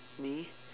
me